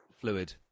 fluid